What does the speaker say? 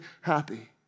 happy